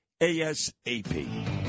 ASAP